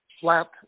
flat